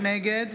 נגד